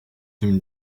him